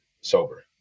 sober